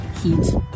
heat